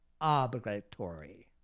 obligatory